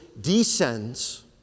descends